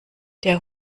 der